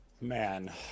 Man